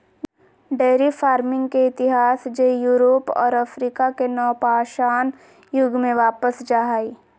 dairy farming के इतिहास जे यूरोप और अफ्रीका के नवपाषाण युग में वापस जा हइ